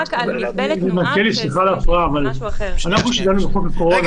בחוק הקורונה